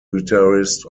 guitarist